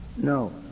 No